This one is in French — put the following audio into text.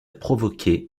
provoquer